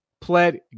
pled